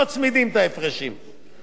אומרים, חצי לא יהיה מוצמד,